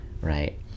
Right